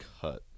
cut